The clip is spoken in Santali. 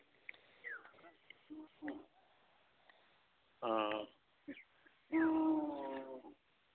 ᱚᱻ